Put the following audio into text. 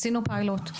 עשינו פיילוט,